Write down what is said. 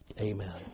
Amen